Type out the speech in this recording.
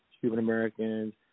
Cuban-Americans